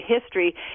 history